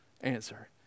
answer